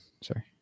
Sorry